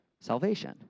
salvation